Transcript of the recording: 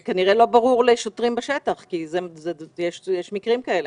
זה כנראה לא ברור לשוטרים בשטח כי יש מקרים כאלה.